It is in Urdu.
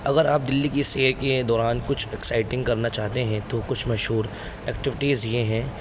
اگر آپ دلی کی سیر کے دوران کچھ ایکسائٹنگ کرنا چاہتے ہیں تو کچھ مشہور ایکٹیوٹیز یہ ہیں